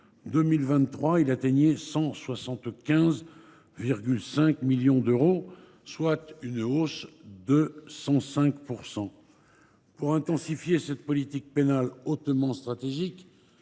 2023, il atteignait 175,5 millions d’euros, soit une hausse de 105 %! Pour intensifier cette politique pénale hautement stratégique,